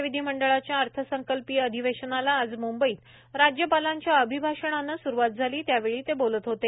राज्य विधीमंडळाच्या अर्थसंकल्पीय अधिवेशनाला आज मुंबईत राज्यपालांच्या अभिभाषणानं सुरुवात झाली त्यावेळी ते बोलत होते